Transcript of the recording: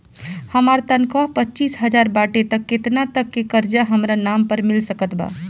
हमार तनख़ाह पच्चिस हज़ार बाटे त केतना तक के कर्जा हमरा नाम पर मिल सकत बा?